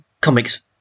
comics